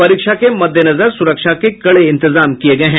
परीक्षा के मद्देनजर सुरक्षा के कड़े इंतजाम किये गये हैं